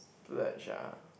splurge ah